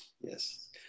Yes